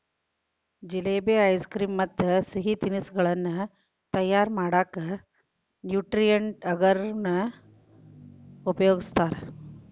jalebi, ice cream ಮತ್ತ್ ಸಿಹಿ ತಿನಿಸಗಳನ್ನ ತಯಾರ್ ಮಾಡಕ್ ನ್ಯೂಟ್ರಿಯೆಂಟ್ ಅಗರ್ ನ ಉಪಯೋಗಸ್ತಾರ